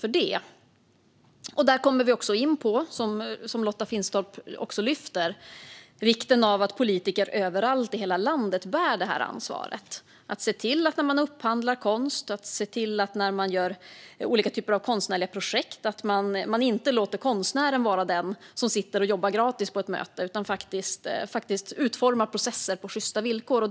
Som Lotta Finstorp också lyfter fram kommer vi då också in på vikten av att politiker överallt i hela landet bär detta ansvar, det vill säga att se till att när de upphandlar konst och gör olika typer av konstnärliga projekt inte låter konstnären vara den som sitter och jobbar gratis på ett möte utan faktiskt utformar processer på sjysta villkor.